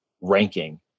ranking